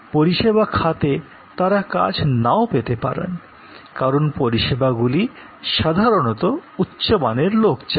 পরিষেবা খাতে তারা কাজ নাও পেতে পারেন কারণ পরিষেবাগুলি সাধারণত উচ্চমানের লোক চায়